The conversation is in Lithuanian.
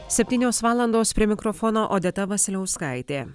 septynios valandos prie mikrofono odeta vasiliauskaitė